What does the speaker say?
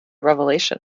revelation